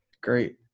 great